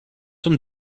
some